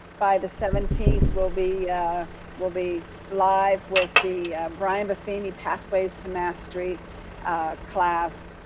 by the seventeenth, we'll be we'll be live with the brian buffini pathways to mastery class.